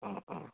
অ' অ'